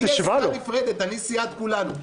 לי יש סיעה נפרדת, אני סיעת כולנו.